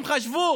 הם חשבו